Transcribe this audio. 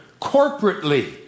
corporately